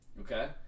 Okay